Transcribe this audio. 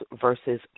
versus